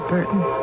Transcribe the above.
Burton